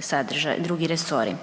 sadržaj, drugi resori.